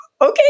okay